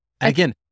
again